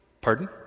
Pardon